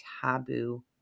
taboo